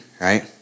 right